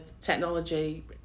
technology